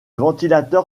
ventilateur